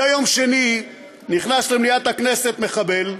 מדי יום שני נכנס למליאת הכנסת מחבל,